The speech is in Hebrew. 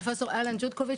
פרופסור אלן ג'וטקוביץ',